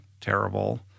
terrible